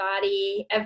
body